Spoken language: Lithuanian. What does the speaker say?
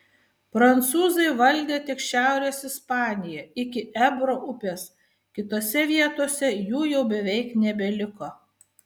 prancūzai valdė tik šiaurės ispaniją iki ebro upės kitose vietose jų jau beveik nebeliko